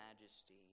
majesty